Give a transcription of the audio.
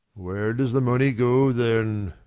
where does the money go, then?